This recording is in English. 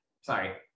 Sorry